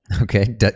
Okay